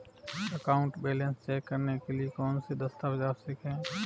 Account balance check करने के लिए कौनसे दस्तावेज़ आवश्यक हैं?